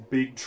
Big